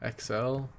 XL